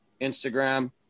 Instagram